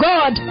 God